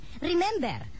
remember